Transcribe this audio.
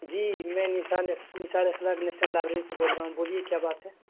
جی میں Nishan Nisar Akhlaq national library سے بول رہا ہوں بولیے کیا بات ہے